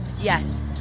Yes